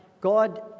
God